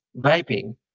vaping